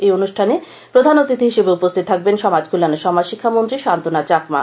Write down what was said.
এই অনুষ্ঠানে প্রধান অতিথি হিসাবে উপস্থিত থাকবেন সমাজ কল্যাণ ও সমাজ শিক্ষামন্ত্রী স্বান্তনা চাকমা